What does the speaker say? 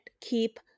keep